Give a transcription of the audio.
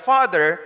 Father